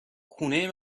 خونه